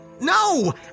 No